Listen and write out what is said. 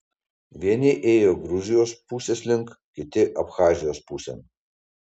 vieni ėjo gruzijos pusės link kiti abchazijos pusėn